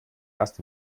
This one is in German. erst